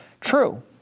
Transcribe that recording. true